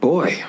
Boy